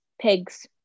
pigs